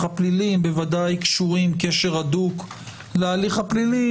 הפלילי הם בוודאי קשורים קשר הדוק להליך הפלילי,